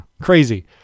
Crazy